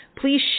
please